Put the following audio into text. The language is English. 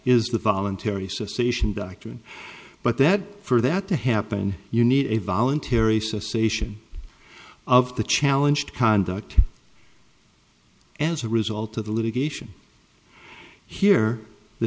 is the voluntary cessation doctrine but that for that to happen you need a voluntary cessation of the challenge to conduct as a result of the litigation here the